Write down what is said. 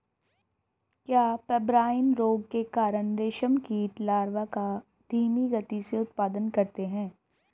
क्या पेब्राइन रोग के कारण रेशम कीट लार्वा का धीमी गति से उत्पादन करते हैं?